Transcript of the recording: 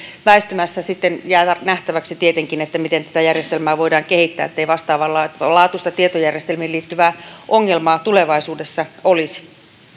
väistymässä sitten jää nähtäväksi tietenkin miten tätä järjestelmää voidaan kehittää ettei vastaavanlaatuista tietojärjestelmiin liittyvää ongelmaa tulevaisuudessa olisi